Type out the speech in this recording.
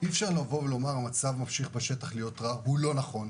אי אפשר לומר שהמצב ממשיך בשטח להיות רע כי זה לא נכון.